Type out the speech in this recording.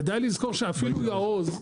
כדאי לזכור שאפילו יעוז,